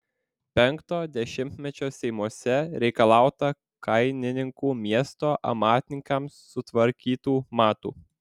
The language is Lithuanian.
penkto dešimtmečio seimuose reikalauta kainininkų miesto amatininkams sutvarkytų matų